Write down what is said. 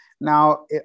now